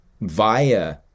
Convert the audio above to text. via